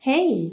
Hey